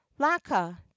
laka